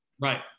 Right